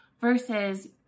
versus